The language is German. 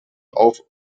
auf